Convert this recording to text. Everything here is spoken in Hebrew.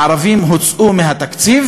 הערבים הוצאו מהתקציב